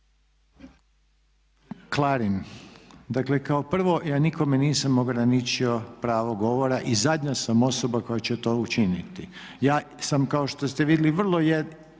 Klarin, dakle kao prvo ja nikome nisam ograničio pravo govora i zadnja sam osoba koja će to učiniti. Ja sam kao što ste vidjeli jednako